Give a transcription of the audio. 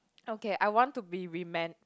okay I want to be remem~